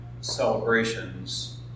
celebrations